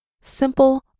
Simple